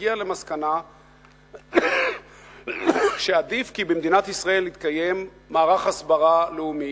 הגיעה למסקנה שעדיף כי במדינת ישראל יתקיים מערך הסברה לאומי.